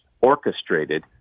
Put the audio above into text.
orchestrated